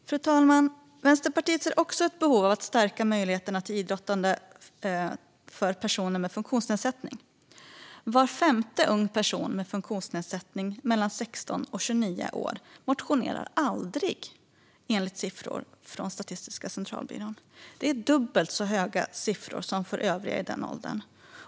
Fru talman! Vänsterpartiet ser också ett behov av att stärka möjligheterna till idrottande för personer med funktionsnedsättning. Var femte person mellan 16 och 29 år som har en funktionsnedsättning motionerar aldrig, enligt siffor från Statistiska centralbyrån. Det är dubbelt så höga siffror som för övriga i den åldern.